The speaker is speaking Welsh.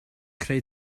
creu